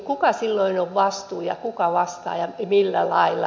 kuka silloin on vastuussa kuka vastaa ja millä lailla